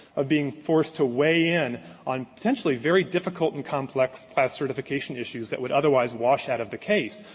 of being forced to weigh in on potentially very difficult and complex class certification issues that would otherwise wash out of the case,